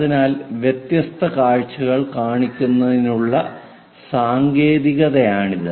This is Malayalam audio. അതിനാൽ വ്യത്യസ്ത കാഴ്ചകൾ കാണിക്കുന്നതിനുള്ള ഒരു സാങ്കേതികതയാണിത്